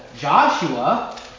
Joshua